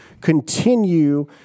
continue